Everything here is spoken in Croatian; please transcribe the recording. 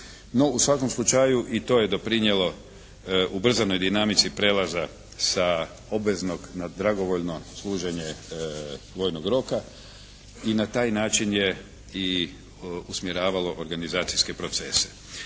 u svakom slučaju i to je doprinijelo ubrzanoj dinamici prijelaza sa obveznog na dragovoljno služenje vojnog roka i na taj način je i usmjeravalo organizacijske procese.